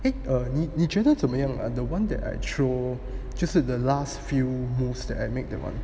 eh err 你你觉得怎么样 the one that I throw 就是 the last few moves that I make that one